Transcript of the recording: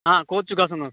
آ کوٚت چھُ گَژھُن حظ